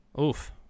Oof